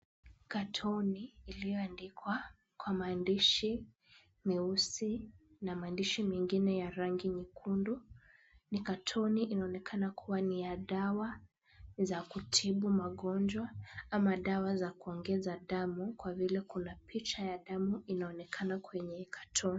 Katoni iliyoandikwa kwa maandishi meusi na mandishi mengine ya rangi nyekundu. Ni katoni inaonekana kuwa ni ya dawa za kutibu magonjwa ama dawa za kuongeza damu kwa vile kuna picha ya damu inaonekana kwenye katoni .